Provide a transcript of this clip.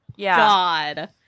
God